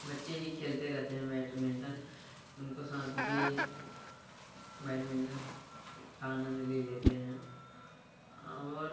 बच्चे भी खेलते रहते हैं बैडमिंटन उनको साथ भी बैडमिंटन का आनंद ले लेते हैं और